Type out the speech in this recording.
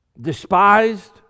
despised